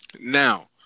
Now